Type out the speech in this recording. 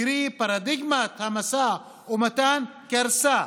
קרי, פרדיגמת המשא ומתן קרסה,